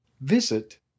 visit